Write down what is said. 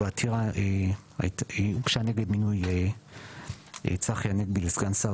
העתירה הוגשה נגד מינוי צחי הנגבי לסגן שר